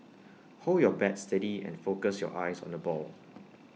hold your bat steady and focus your eyes on the ball